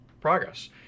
progress